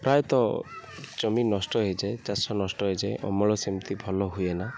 ପ୍ରାୟତଃ ଜମି ନଷ୍ଟ ହେଇଯାଏ ଚାଷ ନଷ୍ଟ ହେଇଯାଏ ଅମଳ ସେମିତି ଭଲ ହୁଏ ନା